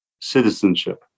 citizenship